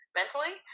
mentally